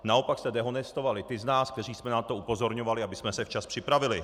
Naopak jste dehonestovali ty z nás, kteří jsme na to upozorňovali, abychom se včas připravili.